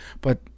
but-